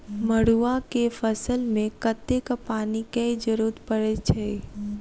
मड़ुआ केँ फसल मे कतेक पानि केँ जरूरत परै छैय?